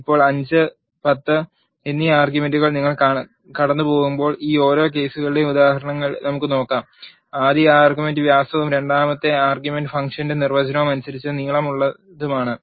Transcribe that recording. ഇപ്പോൾ 5 10 എന്നീ ആർഗ്യുമെന്റുകൾ നിങ്ങൾ കടന്നുപോകുമ്പോൾ ഈ ഓരോ കേസുകളുടെയും ഉദാഹരണങ്ങൾ നമുക്ക് നോക്കാം ആദ്യ ആർഗ്യുമെന്റ് വ്യാസവും രണ്ടാമത്തെ ആർഗ്യുമെൻറ് ഫംഗ്ഷന്റെ നിർവചനം അനുസരിച്ച് നീളമുള്ളതുമാണ്